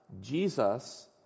Jesus